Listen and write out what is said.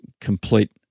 complete